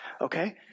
Okay